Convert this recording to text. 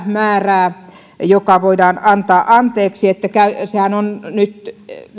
määrää joka voidaan antaa anteeksi yleinen purkuakordihan on nyt